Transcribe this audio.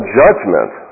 judgment